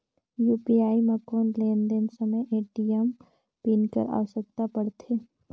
UPI म कौन लेन देन समय ए.टी.एम पिन कर आवश्यकता पड़थे?